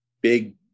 big